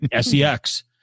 SEX